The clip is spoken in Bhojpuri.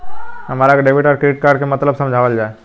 हमरा के डेबिट या क्रेडिट कार्ड के मतलब समझावल जाय?